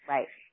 Right